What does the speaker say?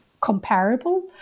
comparable